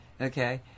Okay